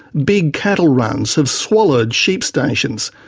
big cattle runs have swallowed sheep stations.